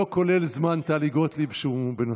לא כולל זמן טלי גוטליב, שהוא בנוסף.